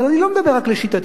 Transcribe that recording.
אבל אני לא מדבר רק לשיטתי,